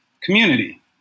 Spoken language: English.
community